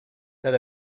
that